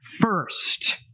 first